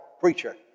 preacher